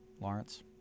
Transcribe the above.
Lawrence